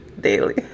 daily